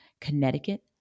Connecticut